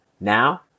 Now